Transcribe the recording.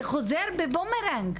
זה חוזר בבומרנג.